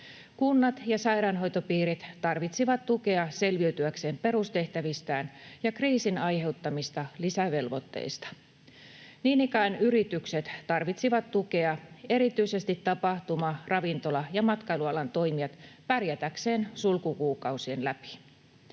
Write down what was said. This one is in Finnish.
Kunnat ja sairaanhoitopiirit tarvitsivat tukea selviytyäkseen perustehtävistään ja kriisin aiheuttamista lisävelvoitteista. Niin ikään yritykset, erityisesti tapahtuma-, ravintola- ja matkailualan toimijat, tarvitsivat tukea pärjätäkseen sulkukuukausien läpi.